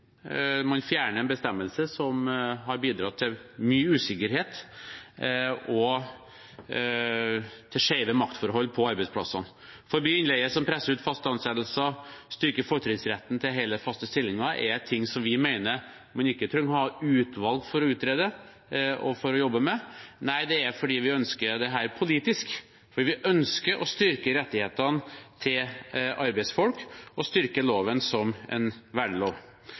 man fjerner en bestemmelse som har bidratt til mye usikkerhet og til skjeve maktforhold på arbeidsplassene. Å forby innleie som presser ut faste ansettelser, og styrke fortrinnsretten til hele faste stillinger er ting vi mener man ikke trenger å ha et utvalg til å utrede for å jobbe med. Nei, det er fordi vi ønsker dette politisk, for vi ønsker å styrke rettighetene til arbeidsfolk og styrke loven som en